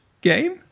game